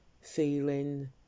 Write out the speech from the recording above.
feeling